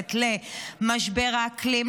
שמתייחסת למשבר האקלים,